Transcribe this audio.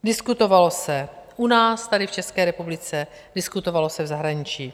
Diskutovalo se u nás tady v České republice, diskutovalo se v zahraničí.